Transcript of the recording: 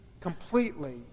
completely